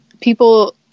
people